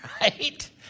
right